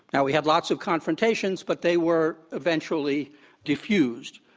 now, we had lots of confrontations, but they were eventually defused.